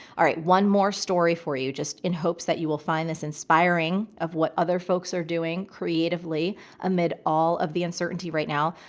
all right. one more story for you just in hopes that you will find this inspiring of what other folks are doing creatively amid all of the uncertainty right now.